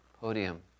podium